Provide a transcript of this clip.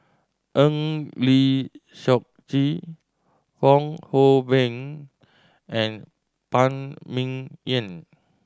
Eng Lee Seok Chee Fong Hoe Beng and Phan Ming Yen